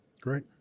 great